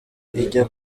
ijya